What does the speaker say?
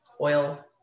oil